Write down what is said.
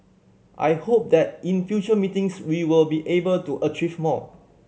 I hope that in future meetings we will be able to achieve more